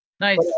Nice